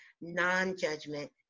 non-judgment